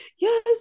Yes